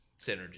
synergy